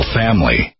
family